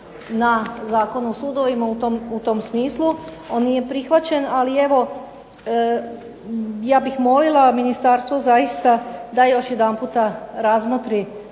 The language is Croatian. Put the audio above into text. na Zakon o sudovima u tom smislu, on nije prihvaćen, ali evo ja bih molila ministarstvo zaista da još jedanputa razmotri